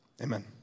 Amen